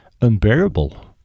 unbearable